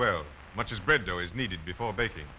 well much as bread dough is needed before baking